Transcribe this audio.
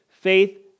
faith